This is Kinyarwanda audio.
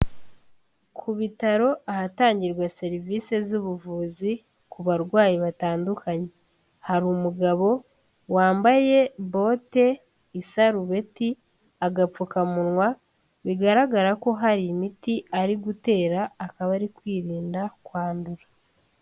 Ku bitaro ahatangirwa serivisi z'ubuvuzi ku barwayi batandukanye hari umugabo wambaye bote, isarubeti, agapfukamunwa bigaragara ko hari imiti ari gutera akaba ari kwirinda kwandura.